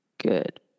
Good